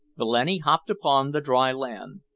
blenny hopped upon the dry land.